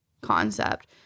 concept